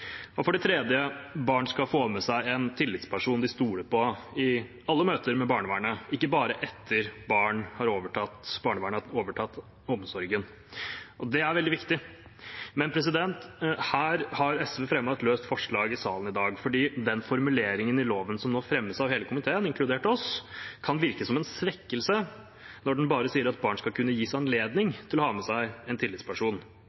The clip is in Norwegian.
For det tredje: Barn skal få med seg en tillitsperson de stoler på, i alle møter med barnevernet, ikke bare etter at barnevernet har overtatt omsorgen. Det er veldig viktig. Her har SV fremmet et løst forslag i salen i dag, fordi den formuleringen i loven som nå fremmes av hele komiteen, inkludert oss, kan virke som en svekkelse når den bare sier at barn skal kunne gis